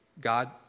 God